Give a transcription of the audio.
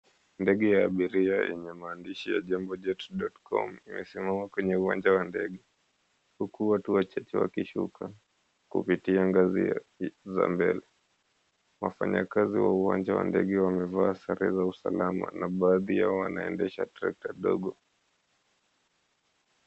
Ndege ya abiria yenye maandishi ya jambojet.com yasimama kwenye uwanja wa ndege huku watu wachache wakishuka kupitia ngazi za mbele. Wafanyakazi wa uwanja wa ndege wamevaa sare za usalama na baadhi yao wanaendesha trekta ndogo.